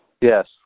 Yes